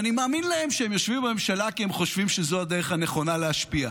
אני מאמין להם שהם יושבים בממשלה כי הם חושבים שזו הדרך הנכונה להשפיע,